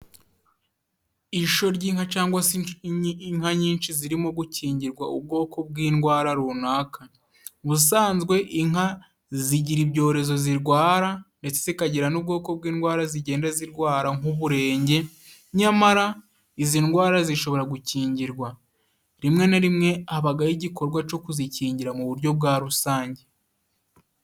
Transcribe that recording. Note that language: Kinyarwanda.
Isho ry'inka cangwa si inka nyinshi zirimo gukingirwa ubwoko bw'indwara runaka. Ubusanzwe inka zigira ibyorezo zirwara ndetse zikagira n'ubwoko bw'indwara zigenda zirwara nk'uburenge, nyamara izi ndwara zishobora gukingirwa. Rimwe na rimwe habagaho igikorwa co kuzikingira mu buryo bwa rusange.